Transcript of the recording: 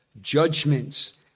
judgments